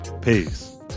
Peace